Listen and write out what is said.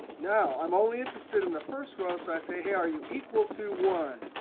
now, i'm only interested in the first row. so i say, hey, are you equal to one?